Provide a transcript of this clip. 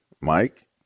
Mike